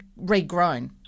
regrown